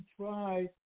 try